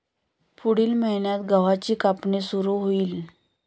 पुढील महिन्यात गव्हाची कापणी सुरू होईल